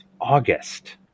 august